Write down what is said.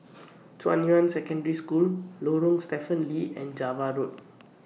Junyuan Secondary School Lorong Stephen Lee and Java Road